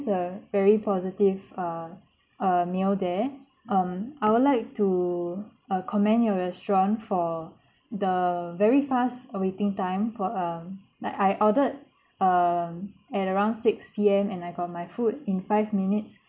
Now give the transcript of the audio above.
a very positive uh uh meal there um I would like to uh commend your restaurant for the very fast waiting time for um like I ordered um at around six P_M and I got my food in five minutes